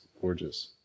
gorgeous